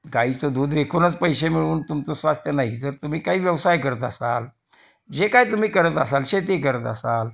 गाईचं दूध विकूनच पैसे मिळवून तुमचं स्वास्थ्य नाही जर तुम्ही काही व्यवसाय करत असाल जे काय तुम्ही करत असाल शेती करत असाल